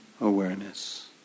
awareness